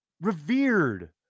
revered